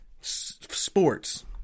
sports